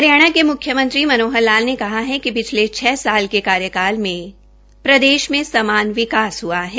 हरियाणा के मुख्यमंत्री मनोहर लाल ने कहा है कि पिछले छ साल के कार्यकाल में प्रेदश में समान विकास हुआ है